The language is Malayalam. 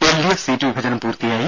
എൽഡിഎഫ് സീറ്റ് വിഭജനം പൂർത്തിയായി